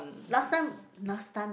last time last time